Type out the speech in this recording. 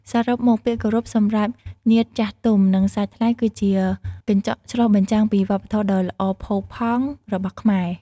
សរុបមក ពាក្យគោរពសម្រាប់ញាតិចាស់ទុំ និងសាច់ថ្លៃ គឺជាកញ្ចក់ឆ្លុះបញ្ចាំងពីវប្បធម៌ដ៏ល្អផូរផង់របស់ខ្មែរ។